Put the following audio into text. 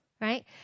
Right